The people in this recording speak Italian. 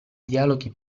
dialoghi